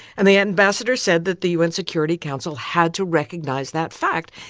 and the ambassador said that the u n. security council had to recognize that fact.